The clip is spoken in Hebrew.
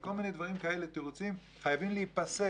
וכל מיני דברים כאלה, תירוצים, חייבים להיפסק.